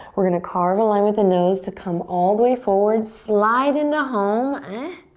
we're gonna carve a line with the nose to come all the way forward. slide into home, ah?